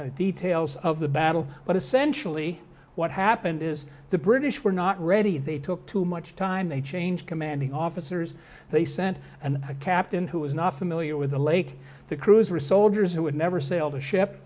the details of the battle but essentially what happened is the british were not ready they took too much time they changed commanding officers they sent and a captain who was not familiar with the lake the crews were soldiers who had never